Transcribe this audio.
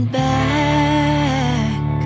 back